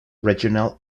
regional